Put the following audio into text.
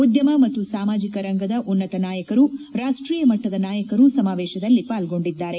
ಉದ್ದಮ ಮತ್ತು ಸಾಮಾಜಿಕ ರಂಗದ ಉನ್ನತ ನಾಯಕರು ರಾಷ್ವೀಯ ಮಟ್ಟದ ನಾಯಕರು ಸಮಾವೇತದಲ್ಲಿ ಪಾಲ್ಗೊಂಡಿದ್ದಾರೆ